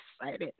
excited